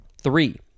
Three